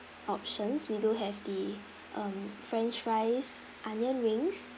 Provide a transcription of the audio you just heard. options we do have the um french fries onion rings